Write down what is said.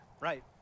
Right